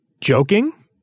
joking